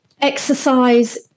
Exercise